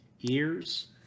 ears